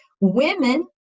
Women